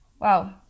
Wow